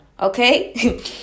Okay